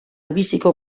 biziko